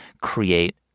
create